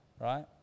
right